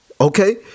okay